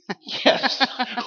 Yes